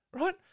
right